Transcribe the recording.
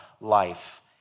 life